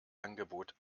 angebot